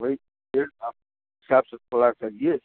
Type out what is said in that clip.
वही सर आप हिसाब से थोड़ा करिए